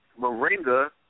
Moringa